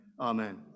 Amen